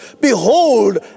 Behold